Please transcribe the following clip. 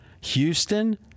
Houston